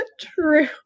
True